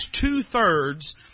two-thirds